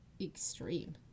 extreme